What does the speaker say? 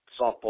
softball